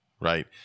Right